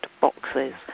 boxes